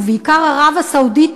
ובעיקר ערב-הסעודית,